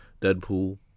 Deadpool